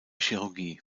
chirurgie